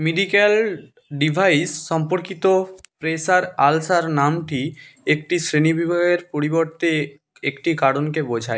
medical device সম্পর্কিত pressure ulcer নামটি একটি শ্রেণীবিভাগের পরিবর্তে একটি কারণকে বোঝায়